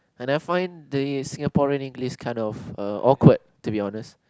I never find there is Singaporean English kind of awkward to be honest